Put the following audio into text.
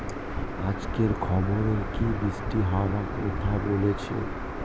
আজকের খবরে কি বৃষ্টি হওয়ায় কথা বলেছে?